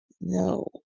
No